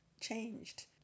changed